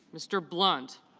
mr. blunt